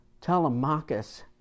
Telemachus